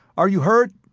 are you hurt?